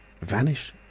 vanish!